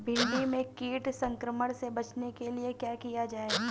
भिंडी में कीट संक्रमण से बचाने के लिए क्या किया जाए?